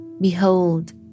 Behold